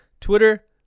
Twitter